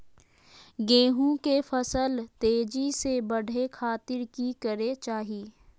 गेहूं के फसल तेजी से बढ़े खातिर की करके चाहि?